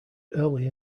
early